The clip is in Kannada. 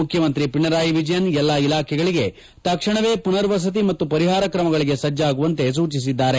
ಮುಖ್ಯಮಂತ್ರಿ ಪಿಣರಾಯಿ ವಿಜಯನ್ ಎಲ್ಲ ಇಲಾಖೆಗಳಿಗೆ ತಕ್ಷಣವೇ ಪುನರ್ ವಸತಿ ಮತ್ತು ಪರಿಹಾರ ಕ್ರಮಗಳಿಗೆ ಸಜ್ಣಾಗುವಂತೆ ಸೂಚಿಸಿದ್ದಾರೆ